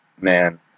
man